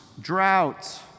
droughts